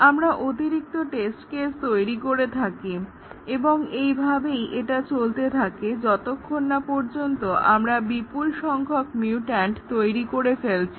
আমরা অতিরিক্ত test case তৈরি করে থাকি এবং এই ভাবেই এটা চলতে থাকে যতক্ষণ না পর্যন্ত আমরা বিপুল সংখ্যক মিউট্যান্ট তৈরি করে ফেলছি